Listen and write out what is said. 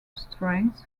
strength